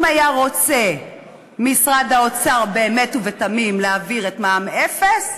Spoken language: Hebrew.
אם היה רוצה משרד האוצר באמת ובתמים להעביר את מע"מ אפס,